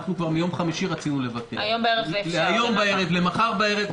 אנחנו כבר מיום חמישי רצינו לבטל או למחר בערב,